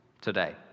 today